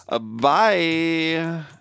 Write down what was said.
Bye